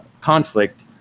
conflict